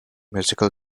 musical